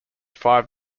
five